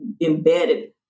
embedded